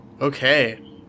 Okay